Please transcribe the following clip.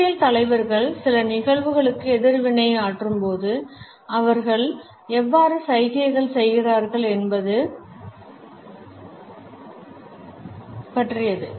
அரசியல் தலைவர்கள் சில நிகழ்வுகளுக்கு எதிர்வினையாற்றும்போது அவர்கள் எவ்வாறு சைகைகள் செய்கிறார்கள் என்பது பற்றியது